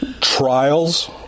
trials